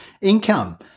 income